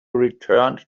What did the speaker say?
returned